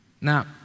Now